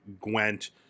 Gwent